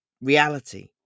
reality